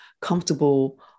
comfortable